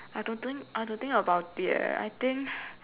I have to think I have to think about it leh I think